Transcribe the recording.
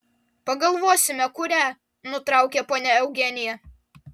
pagalvosime kurią nutraukė ponia eugenija